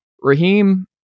Raheem